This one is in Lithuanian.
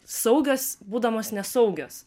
saugios būdamos nesaugios